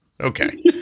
Okay